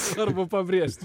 svarbu pabrėžt